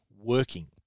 working